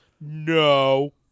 No